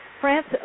France